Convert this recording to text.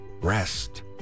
rest